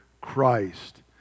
Christ